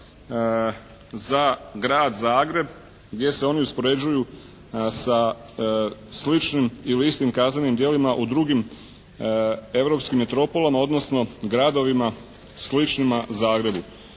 za Grad Zagreb gdje se oni uspoređuju sa sličnim ili istim kaznenim djelima u drugim europskim metropolama odnosno gradovima sličnima Zagrebu.